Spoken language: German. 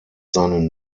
seinen